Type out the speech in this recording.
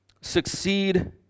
succeed